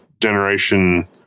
generation